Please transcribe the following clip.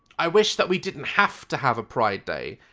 i wish that we didn't have to have a pride day.